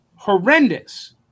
horrendous